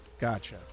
Gotcha